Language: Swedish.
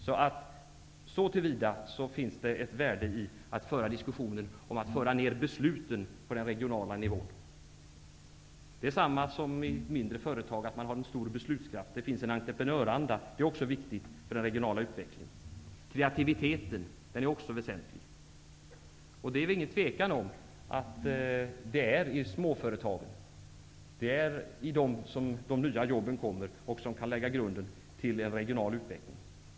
Så till vida finns det ett värde i att föra diskussionen om att föra ned besluten på den regionala nivån. Det är precis som i mindre företag där man har en stor beslutskraft och där det finns en entreprenörsanda. Det är också viktigt för den regionala utvecklingen. Kreativiteten är också väsentlig. Det är inget tvivel om att det är i småföretagen som de nya jobben kommer fram, vilka kan lägga grunden till en regional utveckling.